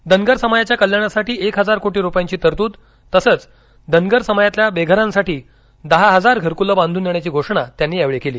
धनगर समाजाच्या कल्याणासाठी एक हजार कोटी रुपयांची तरतूद तसंच धनगर समाजातील बेघरांसाठी दहा हजार घरकूल बांधून देण्याची घोषणा त्यांनी यावेळी केली